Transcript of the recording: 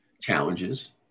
challenges